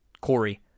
Corey